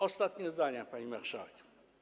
Ostatnie zdania, pani marszałek.